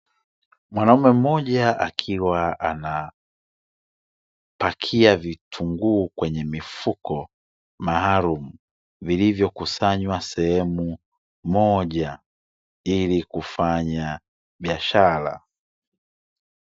Mwanaume mmoja akiwa anapakia vitunguu kwenye mifuko maalumu, vilivyokusanywa sehemu moja ili kufanya biashara.